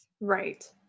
Right